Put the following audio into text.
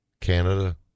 Canada